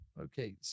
okay